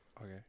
Okay